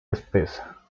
espesa